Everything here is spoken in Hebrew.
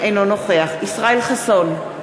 אינו נוכח ישראל חסון,